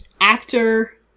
actor